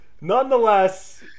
Nonetheless